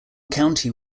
county